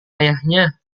ayahnya